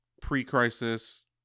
pre-crisis